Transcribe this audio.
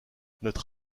notre